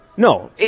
No